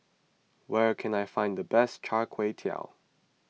where can I find the best Char Kway Teow